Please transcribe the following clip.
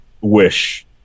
wish